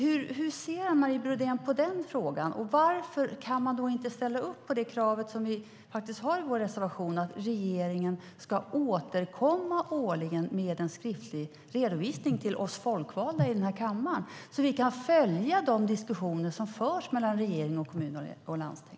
Hur ser Anne Marie Brodén på den frågan, och varför kan man inte ställa upp på kravet i vår reservation, att regeringen årligen ska återkomma med en skriftlig redovisning till oss folkvalda i den här kammaren så att vi kan följa de diskussioner som förs mellan regering, kommuner och landsting?